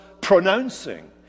pronouncing